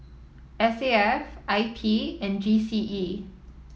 S A F I P and G C E